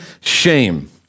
shame